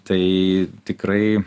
tai tikrai